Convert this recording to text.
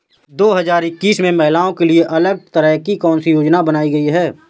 दो हजार इक्कीस में महिलाओं के लिए अलग तरह की कौन सी योजना बनाई गई है?